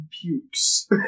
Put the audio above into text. pukes